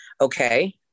okay